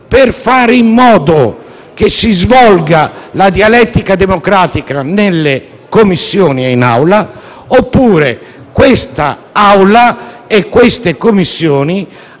per fare in modo che si svolga la dialettica democratica nelle Commissioni e in Aula, oppure questa Assemblea e queste Commissioni